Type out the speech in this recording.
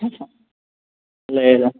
లేదు